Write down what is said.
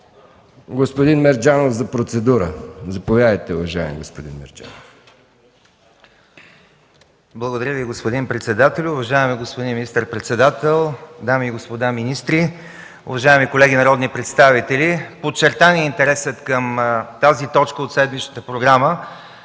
Господин Мерджанов – за процедура. Заповядайте, уважаеми господин Мерджанов. АТАНАС МЕРДЖАНОВ (КБ): Благодаря Ви, господин председателю. Уважаеми господин министър-председател, дами и господа министри, уважаеми колеги народни представители! Подчертан е интересът към тази точка от седмичната програма,